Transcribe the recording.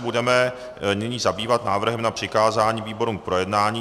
Budeme se nyní zabývat návrhem na přikázání výborům k projednání.